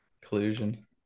Collusion